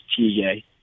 TJ